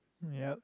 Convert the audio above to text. ya